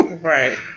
Right